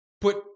put